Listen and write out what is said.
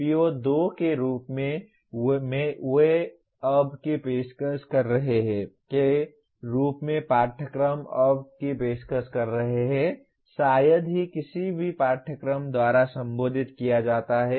PO2 के रूप में वे अब की पेशकश कर रहे हैं के रूप में पाठ्यक्रम अब की पेशकश कर रहे हैं शायद ही किसी भी पाठ्यक्रम द्वारा संबोधित किया जाता है